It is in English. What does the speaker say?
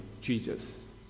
Jesus